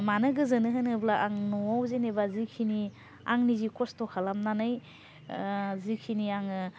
मानो गोजोनो होनोब्ला आं नआव जेनोबा जिखिनि आंनि जि खस्थ' खालामनानै जिखिनि आङो